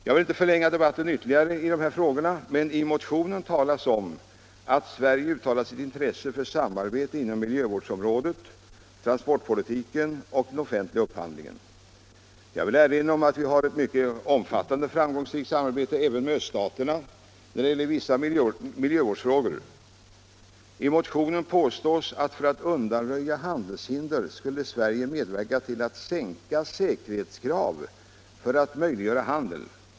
Jag vill inte förlänga debatten i dessa frågor ytterligare, men i motionen talas också om att Sverige uttalat sitt intresse inom miljövårdsområdet, transportpolitiken och den offentliga upphandlingen. Jag vill därför erinra om att vi också har ett mycket omfattande och framgångsrikt samarbete med öststaterna när det gäller vissa miljövårdsfrågor. I motionen påstås att Sverige skulle medverka till att sänka säkerhetskrav för att möjliggöra handel.